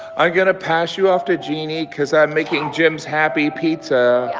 i'm gonna pass you off to jeannie cause i'm making jim's happy pizza.